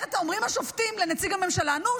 אומרים השופטים לנציג הממשלה: נו,